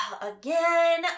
again